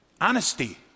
honesty